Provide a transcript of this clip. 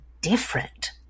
different